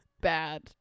bad